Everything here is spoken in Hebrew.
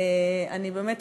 אני באמת,